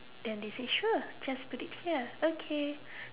then they say sure just put it here okay